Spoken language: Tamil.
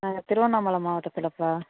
நாங்கள் திருவண்ணாமலை மாவட்டத்திலப்பா